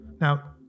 Now